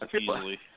Easily